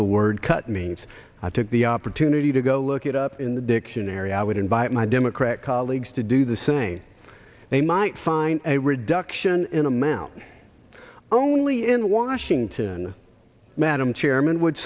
the word cut means i took the opportunity to go look it up in the dictionary i would invite my democrat colleagues to do the same they might find a reduction in amount only in washington madam chairman would